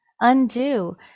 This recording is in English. undo